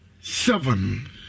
Seven